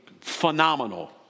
phenomenal